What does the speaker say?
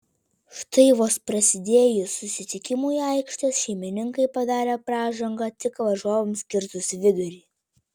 štai vos prasidėjus susitikimui aikštės šeimininkai padarė pražangą tik varžovams kirtus vidurį